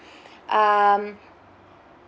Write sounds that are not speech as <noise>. <breath> um